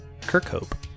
Kirkhope